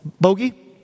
Bogey